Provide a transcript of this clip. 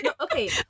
Okay